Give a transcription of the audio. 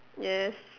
yes